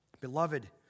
Beloved